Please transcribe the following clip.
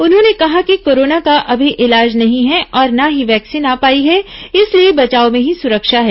उन्होंने कहा कि कोरोना का अभी इलाज नहीं है और न ही वैक्सीन आ पाई है इसलिए बचाव में ही सुरक्षा है